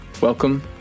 Welcome